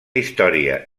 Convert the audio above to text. història